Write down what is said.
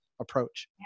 approach